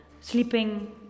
sleeping